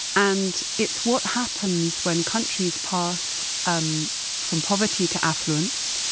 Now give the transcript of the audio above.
and it's what happens when countries pass um from poverty to affluence,